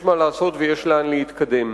יש מה לעשות ויש לאן להתקדם.